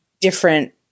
different